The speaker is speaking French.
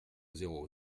zéro